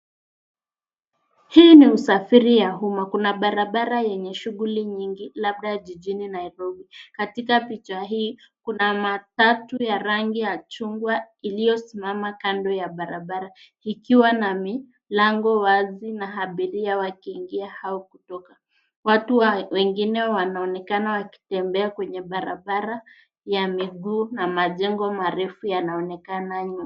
kuna matatu ya rangi ya chungwa iliyosimama kando ya barabara. Kati yake kuna mlango wazi na habari zinazoingia na kutoka. Watu wengine wanaonekana wakitembea kwenye barabara iliyo na miti na majengo marefu ya karibu